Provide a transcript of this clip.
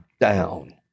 down